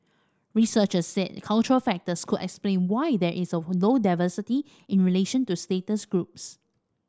researchers said cultural factors could explain why there is low diversity in relation to status groups